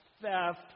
theft